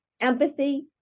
empathy